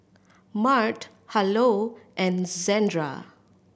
Mart Harlow and Zandra